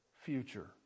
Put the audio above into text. future